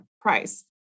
price